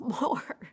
more